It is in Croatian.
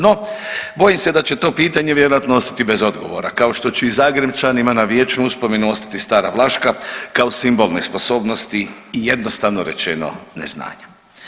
No, bojim se da će to pitanje vjerojatno ostati bez odgovora kao što će i Zagrepčanima na vječnu uspomenu ostati Stara Vlaška kao simbol nesposobnosti i jednostavno rečeno neznanja.